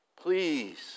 please